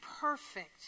perfect